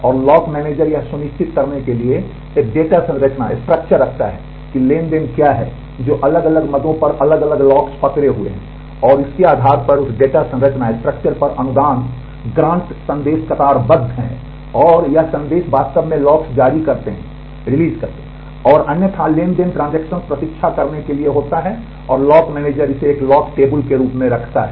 और lock manager यह सुनिश्चित करने के लिए एक डेटा संरचना जारी करते हैं और अन्यथा ट्रांज़ैक्शन ट्रांजैक्शंस प्रतीक्षा करने के लिए होता है लॉक मैनेजर इसे एक लॉक टेबल के रूप में रखता है